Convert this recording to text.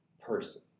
person